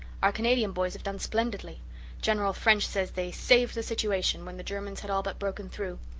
our canadian boys have done splendidly general french says they saved the situation when the germans had all but broken through.